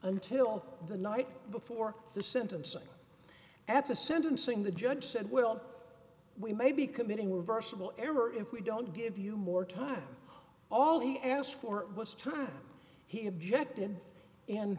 until the night before the sentencing at the sentencing the judge said well we may be committing reversible error if we don't give you more time all he asked for was time he objected and